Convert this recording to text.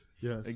Yes